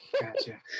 Gotcha